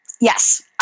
yes